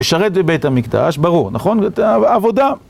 לשרת בבית המקדש, ברור, נכון? עבודה...